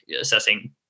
assessing